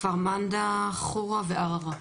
כפר מנדא, ח'ורה ועררה.